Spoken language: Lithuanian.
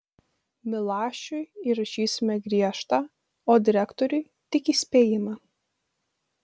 milašiui įrašysime griežtą o direktoriui tik įspėjimą